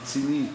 רציני,